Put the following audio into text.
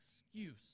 excuse